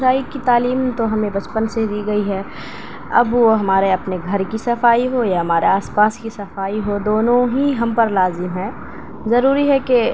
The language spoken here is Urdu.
صفائی ستھرائی کی تعلیم تو ہمیں بچپن سے دی گئی ہے اب وہ ہمارے اپنے گھر کی صفائی ہو یا ہمارے آس پاس کی صفائی ہو دونوں ہی ہم پر لازم ہیں ضروری ہے کہ